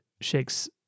shake's